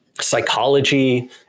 psychology